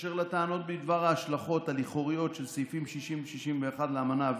באשר לטענות בדבר ההשלכות הלכאוריות של סעיפים 61-60 לאמנה,